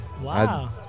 Wow